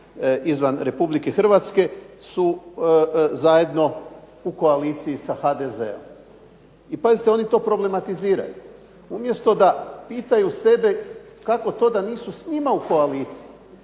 izvan RH su zajedno u koaliciji sa HDZ-om. I pazite oni to problematiziraju, umjesto da pitaju sebe kako to da nisu s njima u koaliciji,